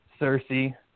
Cersei